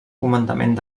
comandament